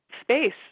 space